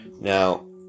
Now